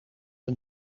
een